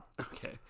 Okay